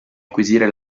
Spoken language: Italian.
acquisire